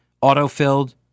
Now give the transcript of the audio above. auto-filled